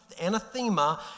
Anathema